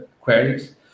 queries